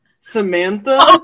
Samantha